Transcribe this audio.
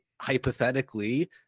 hypothetically